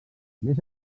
més